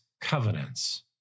covenants